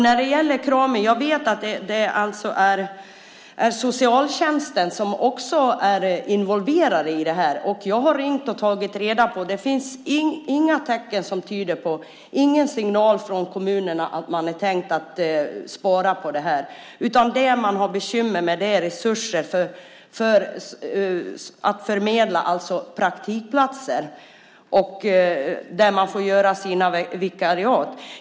När det gäller Krami vet jag att socialtjänsten också är involverad. Jag har ringt och tagit reda på hur det är. Det finns ingen signal från kommunerna om att man har tänkt spara på det här, utan det man har bekymmer med är resurser för att förmedla praktikplatser där de här människorna kan få vikariera.